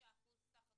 85% סך הכול?